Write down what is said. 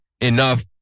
enough